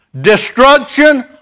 Destruction